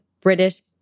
British